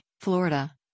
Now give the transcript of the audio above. Florida